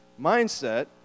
mindset